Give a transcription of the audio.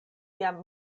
jam